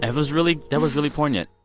and was really that was really poignant.